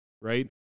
right